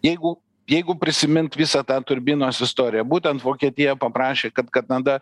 jeigu jeigu prisimint visą tą turbinos istoriją būtent vokietija paprašė kad kanada